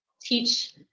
teach